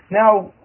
now